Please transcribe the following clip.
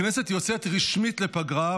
הכנסת יוצאת רשמית לפגרה,